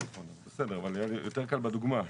בסדר, אבל יותר קל בדוגמה.